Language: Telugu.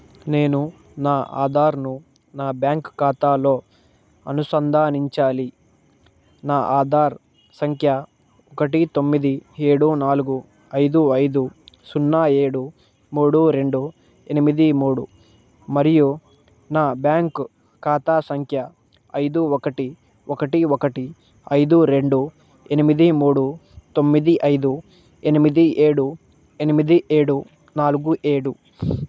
నేను నా ఆధార్ను నా బ్యాంక్ ఖాతాలో అనుసంధానించాలి నా ఆధార్ సంఖ్య ఒకటి తొమ్మిది ఏడు నాలుగు ఐదు ఐదు సున్నా ఏడు మూడు రెండు ఎనిమిది మూడు మరియు నా బ్యాంక్ ఖాతా సంఖ్య ఐదు ఒకటి ఒకటి ఒకటి ఐదు రెండు ఎనిమిది మూడు తొమ్మిది ఐదు ఎనిమిది ఏడు ఎనిమిది ఏడు నాలుగు ఏడు